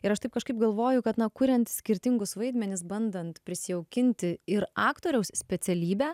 ir aš taip kažkaip galvoju kad na kuriant skirtingus vaidmenis bandant prisijaukinti ir aktoriaus specialybę